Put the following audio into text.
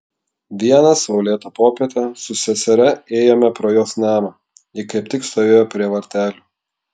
vieną saulėtą popietę su seseria ėjome pro jos namą ji kaip tik stovėjo prie vartelių